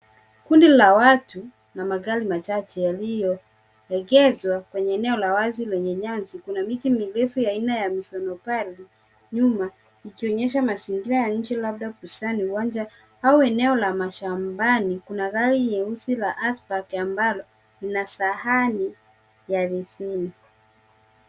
Kundi la watu na magari machache yaliyoegeshwa, kwenye eneo la wazi lenye nyasi. Kuna miti mirefu ya aina ya misonopari nyuma. Ikionyesha mazingira ya nje, labda bustani uwanja au eneo la mashambani. Kuna gari nyeusi la Hatchback, ambalo lina sahani ya leseni.